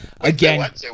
again